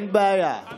שיתנצל על מה שהוא אמר.